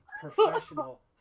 professional